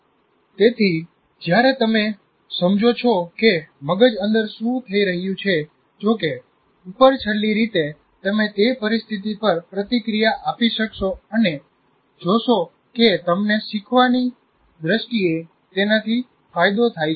તેથી જ્યારે તમે સમજો છો કે મગજ અંદર શું થઈ રહ્યું છે જો કે ઉપરછલ્લી રીતે તમે તે પરિસ્થિતિ પર પ્રતિક્રિયા આપી શકશો અને જોશો કે તમને શીખવાની દ્રષ્ટિએ તેનાથી ફાયદો થાય છે